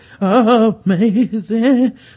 amazing